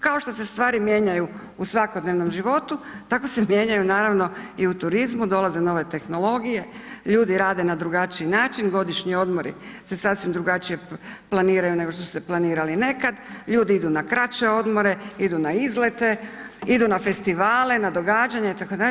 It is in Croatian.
Kao što se stvari mijenjaju u svakodnevnom životu tako se mijenjaju naravno i u turizmu, dolaze nove tehnologije, ljudi rade na drugačiji način, godišnji odmori se sasvim drugačije planiraju nego što su se planirali nekada, ljudi idu na kraće odmore, idu na izlete, idu na festivale, na događanja itd.